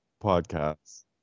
podcasts